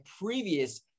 previous